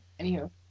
Anywho